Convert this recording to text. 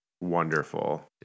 wonderful